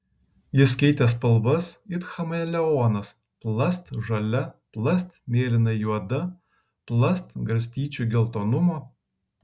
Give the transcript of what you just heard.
jis keitė spalvas it chameleonas plast žalia plast mėlynai juoda plast garstyčių geltonumo